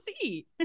see